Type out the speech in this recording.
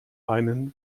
einen